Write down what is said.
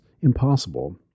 impossible